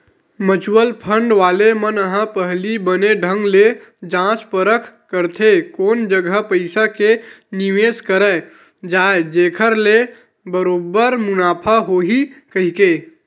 mutual fund वाले मन ह पहिली बने ढंग ले जाँच परख करथे कोन जघा पइसा के निवेस करे जाय जेखर ले बरोबर मुनाफा होही कहिके